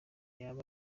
cyaba